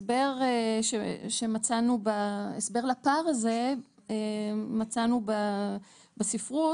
והסבר לפער הזה מצאנו בספרות,